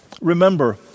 remember